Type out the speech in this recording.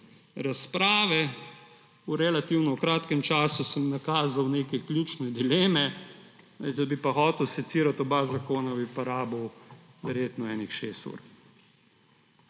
razprave. V relativno kratkem času sem nakazal neke ključne dileme. Če bi hotel secirati oba zakona, bi pa rabil verjetno kakšnih šest ur.